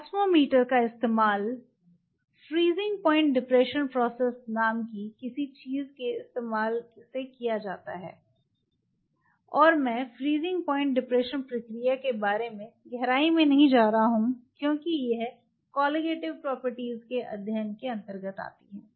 osmometer का इस्तेमाल freezing point depression process नाम की किसी चीज़ के इस्तेमाल से किया जा रहा है और मैं फ्रीज़िंग पॉइंट डिप्रेशन प्रक्रिया के बारे में गहराई में नहीं जा रहा हूँ क्योंकि यह कोलीगेटिव प्रॉपर्टी के अध्ययन के अंतर्गत आता है